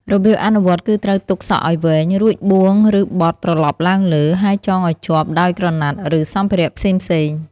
របៀបអនុវត្តគឺត្រូវទុកសក់ឲ្យវែង រួចបួងឬបត់ត្រឡប់ឡើងលើ ហើយចងឲ្យជាប់ដោយក្រណាត់ ឬសម្ភារៈផ្សេងៗ។